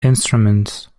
instruments